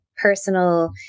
personal